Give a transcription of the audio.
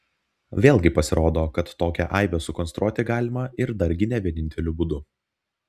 vėlgi pasirodo kad tokią aibę sukonstruoti galima ir dargi ne vieninteliu būdu